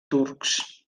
turcs